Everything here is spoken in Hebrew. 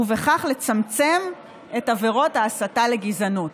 ובכך לצמצם את עבירות ההסתה לגזענות.